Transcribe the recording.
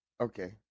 Okay